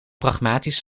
pragmatisch